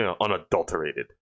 unadulterated